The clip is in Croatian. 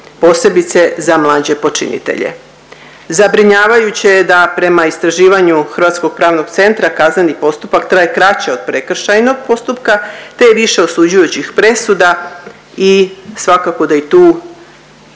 posebice za mlađe počinitelja. Zabrinjavajuće je da prema istraživanju Hrvatskog pravnog centra kazneni postupak traje kraće od prekršajnog postupka, te je više osuđujućih presuda i svakako da i tu je